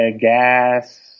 gas